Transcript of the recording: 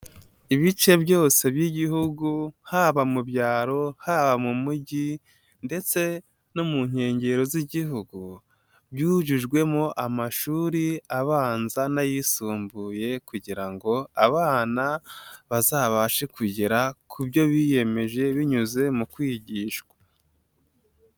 Ibice byose by'Igihugu haba mu byaro, haba mu mujyi ndetse no mu nkengero z'Igihugu byujujwemo amashuri abanza n'ayisumbuye kugira ngo abana bazabashe kugera ku byo biyemeje binyuze mu kwigishwa.